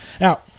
Now